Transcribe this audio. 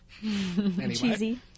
cheesy